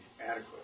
adequate